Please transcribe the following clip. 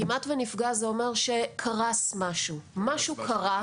"כמעט ונפגע" זה אומר שקרס משהו, משהו קרה.